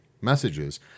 messages